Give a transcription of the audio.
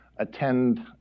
attend